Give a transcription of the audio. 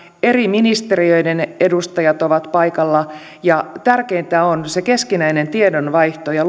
eri ministeriöiden edustajat ovat paikalla ja tärkeintä on keskinäinen tiedonvaihto ja